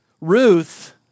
Ruth